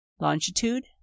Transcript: longitude